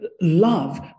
love